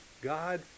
God